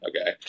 okay